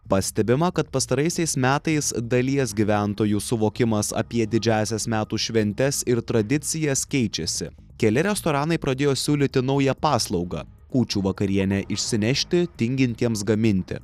pastebima kad pastaraisiais metais dalies gyventojų suvokimas apie didžiąsias metų šventes ir tradicijas keičiasi keli restoranai pradėjo siūlyti naują paslaugą kūčių vakarienę išsinešti tingintiems gaminti